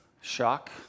shock